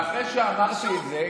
ואחרי שאמרתי את זה,